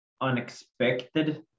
unexpected